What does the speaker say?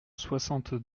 soixante